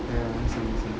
ya I see I see